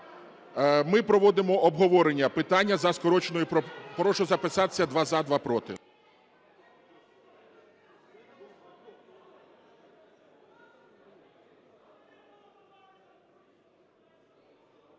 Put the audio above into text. ми проводимо обговорення питання за скороченою… Прошу записатися: два – за, два – проти.